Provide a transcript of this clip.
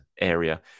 area